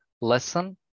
lesson